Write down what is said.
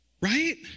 right